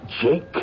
Jake